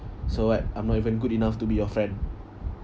so what I'm not even good enough to be your friend